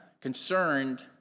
concerned